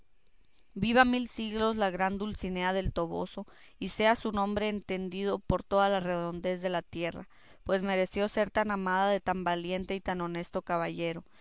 viva mil siglos la gran dulcinea del toboso y sea su nombre estendido por toda la redondez de la tierra pues mereció ser amada de tan valiente y tan honesto caballero